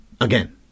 again